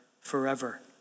forever